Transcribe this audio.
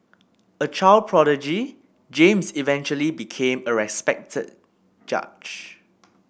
a child prodigy James eventually became a respected judge